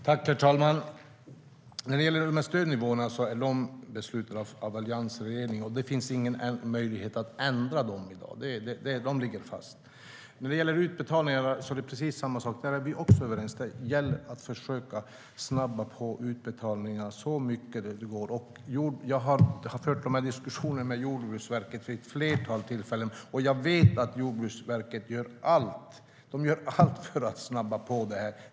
Herr talman! Stödnivåerna är beslutade av alliansregeringen. Det finns ingen möjlighet att ändra dem i dag. De ligger fast. När det gäller utbetalningarna är det precis samma sak. Där är vi också överens. Det gäller att försöka snabba på utbetalningarna så mycket det går. Jag har fört de diskussionerna med Jordbruksverket vid ett flertal tillfällen. Jag vet att Jordbruksverket gör allt för att snabba på det.